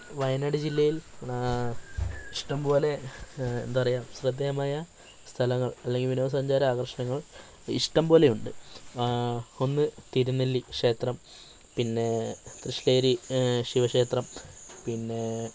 വയനാട് ജില്ലയിൽ ഇഷ്ടം പോലെ എന്താ പറയുക ശ്രദ്ധേയമായ സ്ഥലങ്ങൾ അല്ലെങ്കിൽ വിനോദസഞ്ചാര ആകർഷണങ്ങൾ ഇഷ്ടം പോലെ ഉണ്ട് ഒന്ന് തിരുനെല്ലി ക്ഷേത്രം പിന്നെ കൃഷ്ണേരി ശിവക്ഷേത്രം പിന്നെ